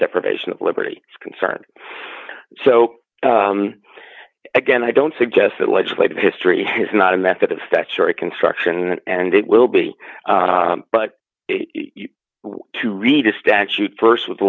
deprivation of liberty is concerned so again i don't suggest that legislative history is not a method of statutory construction and it will be but to read a statute